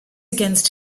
against